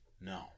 No